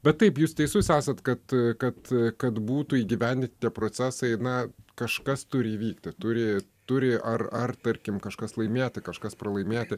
bet taip jūs teisus esat kad kad kad būtų įgyvendinti tie procesai na kažkas turi įvykti turi turi ar ar tarkim kažkas laimėti kažkas pralaimėti